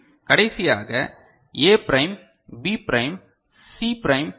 கடைசியாக A prime B prime C prime D